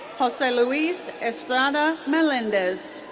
joseluis estrada melendez.